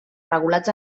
regulats